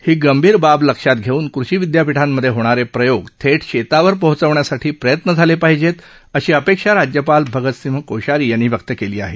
ही गंभीर बाब लक्षात घेऊन कृषी विद्यापीठांमध्ये होणारे प्रयोग थेट शेतावर पोहोचविण्यासाठी प्रयत्न झाले पाहिजेत अशी अपेक्षा राज्यपाल भगतसिंह कोश्यारी यांनी व्यक्त केली आहे